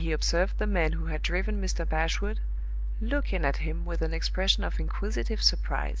when he observed the man who had driven mr. bashwood looking at him with an expression of inquisitive surprise.